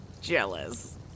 jealous